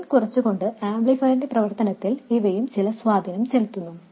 gain കുറച്ചുകൊണ്ട് ആംപ്ലിഫയറിന്റെ പ്രവർത്തനത്തിൽ ഇവയും ചില സ്വാധീനം ചെലുത്തുന്നു